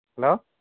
hello